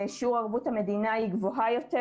המדינה הוא גבוה יותר